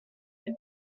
été